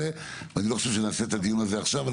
אני לא חושב שנעשה את הדיון הזה עכשיו.